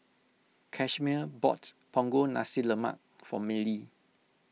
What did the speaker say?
Casimer bought Punggol Nasi Lemak for Mellie